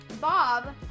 Bob